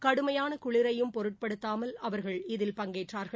கடுமையான குளிரையும் பொருட்படுத்தாமல் அவர்கள் இதில் பங்கேற்றார்கள்